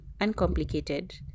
uncomplicated